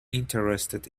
interested